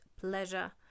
pleasure